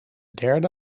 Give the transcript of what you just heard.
derde